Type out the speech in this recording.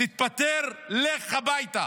תתפטר, לך הביתה.